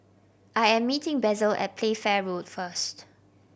I am meeting Basil at Playfair Road first